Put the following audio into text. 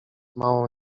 małą